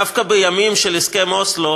דווקא בימים של הסכם אוסלו,